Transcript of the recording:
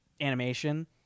animation